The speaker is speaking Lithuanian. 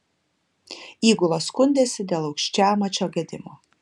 įgula skundėsi dėl aukščiamačio gedimo